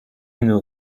اینو